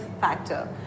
factor